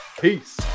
peace